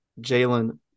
Jalen